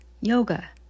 yoga